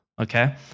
okay